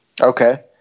Okay